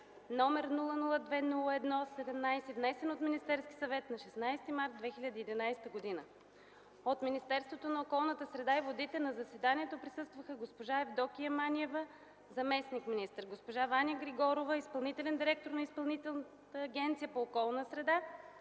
№ 002-01-17, внесен от Министерския съвет на 16 март 2011 г. От Министерството на околната среда и водите на заседанието присъстваха: госпожа Евдокия Манева – заместник-министър, госпожа Ваня Григорова – изпълнителен директор на Изпълнителната агенция по околна среда,